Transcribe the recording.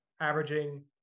averaging